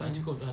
mmhmm